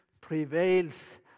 prevails